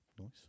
Nice